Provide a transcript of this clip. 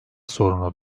sorunu